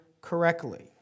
correctly